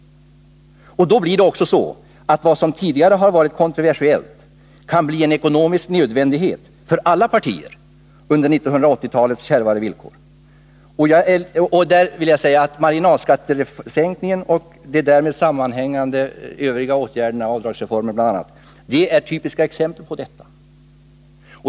Vad som tidigare har varit kontroversiellt kan då bli en ekonomisk nödvändighet för alla partier under 1980-talets kärvare villkor. I detta sammanhang vill jag säga att marginalskattesänkningen och därmed sammanhängande åtgärder — bl.a. avdragsreformen — är typiska exempel på detta.